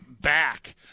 back